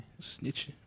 Snitching